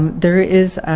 there is